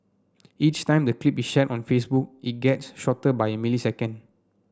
each time the clip is shared on Facebook it gets shorter by a millisecond